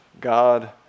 God